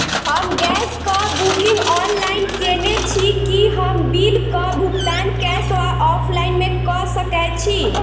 हम गैस कऽ booking online केने छी, की हम बिल कऽ भुगतान कैश वा ऑफलाइन मे कऽ सकय छी?